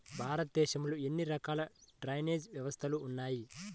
భారతదేశంలో ఎన్ని రకాల డ్రైనేజ్ వ్యవస్థలు ఉన్నాయి?